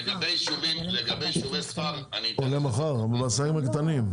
ולגבי יישובי ספר, אני אתן לך טיפ קטן.